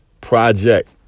project